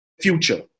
future